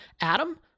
Adam